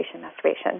masturbation